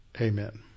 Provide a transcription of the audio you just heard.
Amen